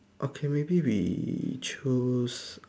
okay maybe we chose